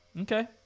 Okay